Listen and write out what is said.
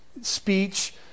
speech